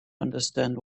understand